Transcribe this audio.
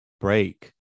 break